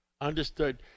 Understood